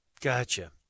Gotcha